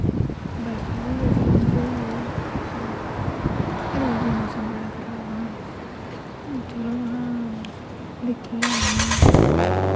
बरखा बी बड़ी ही होई दी ते हल्ली बी मौसम बड़ा खराब हा चलो महां दिक्खी गै औन्ने आं